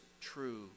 true